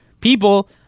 people